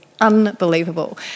unbelievable